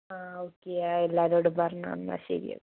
ആ ഓക്കെ എല്ലാവരോടും പറഞ്ഞോ എന്നാൽ ശരി ഓക്കെ